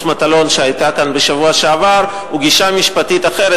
מטלון שהיתה כאן בשבוע שעבר הוא גישה משפטית אחרת,